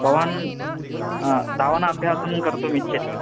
भवान् धावनाभ्यासं कर्तुम् इच्छति